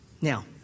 Now